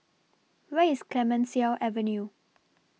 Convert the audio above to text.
Where IS Clemenceau Avenue